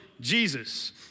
Jesus